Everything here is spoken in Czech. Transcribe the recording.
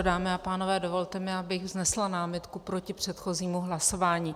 Dámy a pánové, dovolte mi, abych vznesla námitku proti předchozímu hlasování.